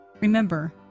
Remember